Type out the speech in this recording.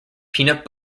peanut